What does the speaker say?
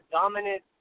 dominant